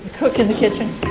cook in the kitchen.